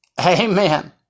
Amen